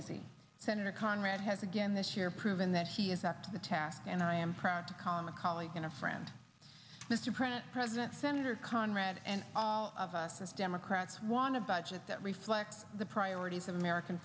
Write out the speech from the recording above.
easy senator conrad has again this year proven that he is up to the task and i am proud to call him a colleague and a friend mr president senator conrad and all of us as democrats want a budget that reflects the priorities of american